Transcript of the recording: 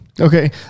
Okay